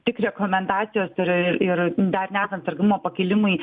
tik rekomendacijos ir ir dar nesant sergamumo pakilimui